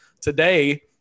today